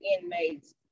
inmates